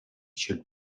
should